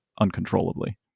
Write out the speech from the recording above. uncontrollably